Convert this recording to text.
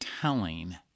telling